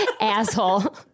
asshole